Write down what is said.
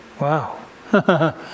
Wow